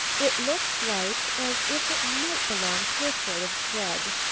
it looks like as if it might belong to a sort of shed.